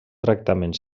tractament